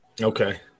Okay